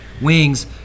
wings